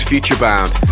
Futurebound